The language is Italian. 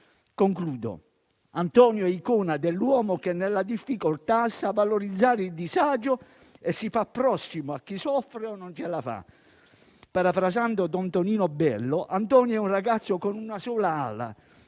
comunità. Antonio è icona dell'uomo che nella difficoltà sa valorizzare il disagio e si fa prossimo a chi soffre o non ce la fa. Parafrasando don Tonino Bello, Antonio è un ragazzo con una sola ala